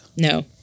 No